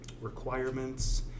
requirements